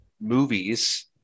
movies